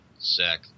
Zach